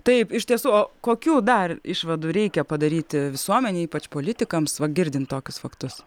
taip iš tiesų o kokių dar išvadų reikia padaryti visuomenei ypač politikams va girdint tokius faktus